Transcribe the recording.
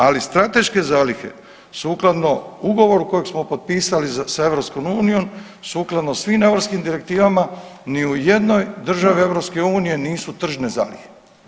Ali strateške zalihe sukladno ugovoru kojeg smo potpisali sa EU, sukladno svim europskim direktivama ni u jednoj državi EU nisu tržne zalihe.